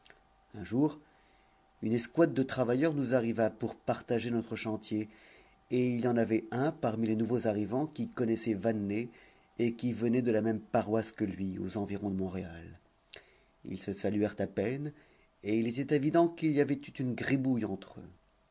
un jour une escouade de travailleurs nous arriva pour partager notre chantier et il y en avait un parmi les nouveaux arrivants qui connaissait vanelet et qui venait de la même paroisse que lui aux environs de montréal ils se saluèrent à peine et il était évident qu'il y avait eu gribouille entre eux